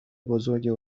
بزرگ